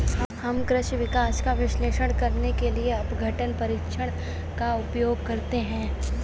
हम कृषि विकास का विश्लेषण करने के लिए अपघटन परीक्षण का उपयोग करते हैं